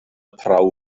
prawf